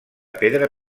pedra